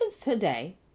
today